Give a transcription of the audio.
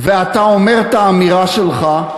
ואתה אומר את האמירה שלך,